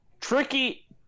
tricky